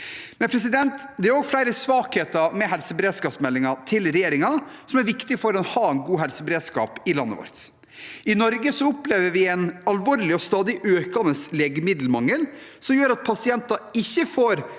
igangsatte. Det er flere svakheter med helseberedskapsmeldingen til regjeringen som er viktig å ta tak i for å ha en god helseberedskap i landet vårt. I Norge opplever vi en alvorlig og stadig økende legemiddelmangel, som gjør at pasienter ikke får